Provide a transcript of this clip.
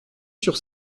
sur